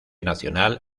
nacional